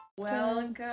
Welcome